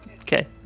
Okay